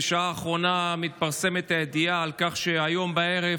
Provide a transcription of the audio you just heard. בשעה האחרונה מתפרסמת הידיעה על כך שהיום בערב